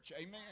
Amen